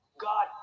God